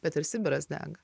bet ir sibiras dega